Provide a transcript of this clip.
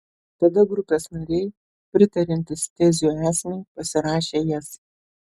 tada grupės nariai pritariantys tezių esmei pasirašė jas